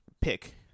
pick